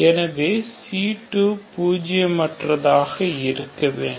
எனவே c2 பூஜிய மற்றதாக இருக்க வேண்டும்